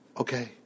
Okay